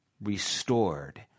restored